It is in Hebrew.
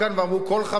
ואמרו כל חברי,